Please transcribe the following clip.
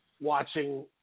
watching